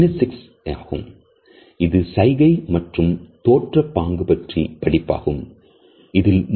RT facts என்பது ஒருவருடைய dressing sense பற்றியது மேக்கப் செய்யும் முறைகளைப் பற்றியது